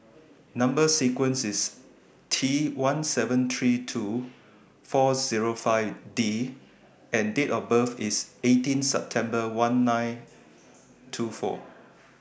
Number sequence IS T one seven three two four Zero five D and Date of birth IS eighteen September one nine two four